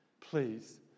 please